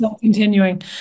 continuing